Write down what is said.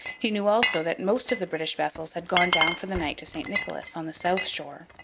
he knew also that most of the british vessels had gone down for the night to st nicholas, on the south shore,